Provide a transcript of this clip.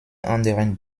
anderen